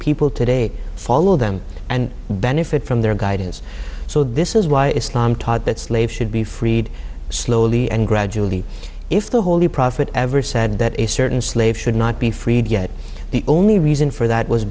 people today follow them and benefit from their guidance so this is why islam taught that slaves should be freed slowly and gradually if the holy prophet ever said that a certain slave should not be freed yet the only reason for that was